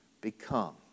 become